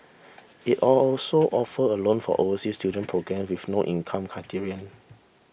it all also offer a loan for overseas student programme with no income criterion